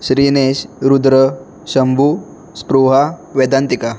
Shrinesh Rudra Shambhu Spruha Vedantika